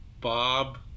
Bob